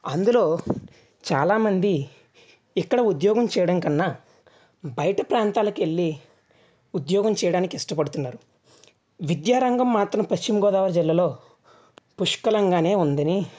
అందులో చాలామంది ఇక్కడ ఉద్యోగం చేయడం కన్నా బయట ప్రాంతాలకు వెళ్ళి ఉద్యోగం చేయడానికి ఇష్టపడుతున్నారు విద్యారంగం మాత్రం పశ్చిమ గోదావరి జిల్లాలో పుష్కలంగా ఉందని